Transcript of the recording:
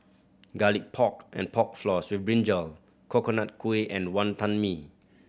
Garlic Pork and Pork Floss with brinjal Coconut Kuih and Wonton Mee